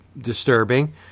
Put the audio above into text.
disturbing